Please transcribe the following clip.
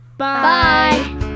Bye